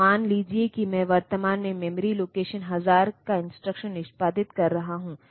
तो मान लीजिए कि मैं वर्तमान में मेमोरी लोकेशन हजार का इंस्ट्रक्शन निष्पादित कर रहा हूं